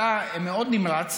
אתה מאוד נמרץ,